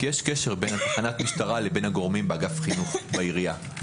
כי יש קשר בין תחנת המשטרה לבין הגורמים באגף חינוך בעירייה.